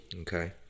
Okay